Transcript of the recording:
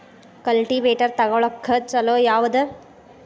Cultivator ತೊಗೊಳಕ್ಕ ಛಲೋ ಯಾವದ?